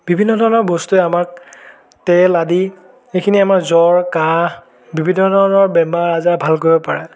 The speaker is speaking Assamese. বিভিন্ন ধৰণৰ বস্তুৱে আমাক তেল আদি এইখিনি আমাৰ জ্বৰ কাহ বিভিন্ন ধৰণৰ বেমাৰ আজাৰ ভাল কৰিব পাৰে